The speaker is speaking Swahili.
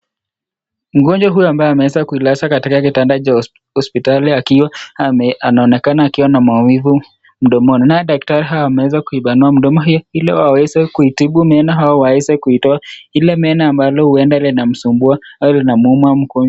Mgonjwa huyu ambaye ameweza kujilaza katika kitanda cha hospitali, akiwa, anaonekana akiwa na maumivu mdomoni. Nao daktari hawawameweza kuipanua mdomo ili waweze kuitibu au waweze kuitoa ile meno ambayo huenda inamsumbua au inamuuma mgonjwa.